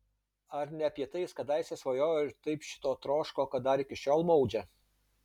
ar ne apie tai jis kadaise svajojo ir taip šito troško kad dar iki šiol maudžia